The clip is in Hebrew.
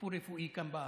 וטיפול רפואי כאן בארץ,